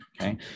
okay